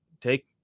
take